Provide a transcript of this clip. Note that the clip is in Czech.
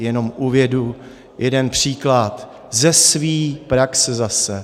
Jenom uvedu jeden příklad ze své praxe zase.